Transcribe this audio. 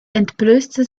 entblößte